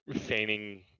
feigning